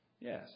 Yes